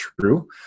true